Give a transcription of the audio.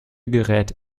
gerät